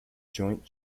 joint